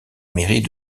mairie